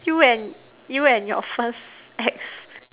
you and you and your first ex